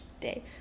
day